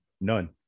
none